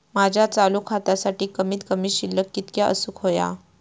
माझ्या चालू खात्यासाठी कमित कमी शिल्लक कितक्या असूक होया?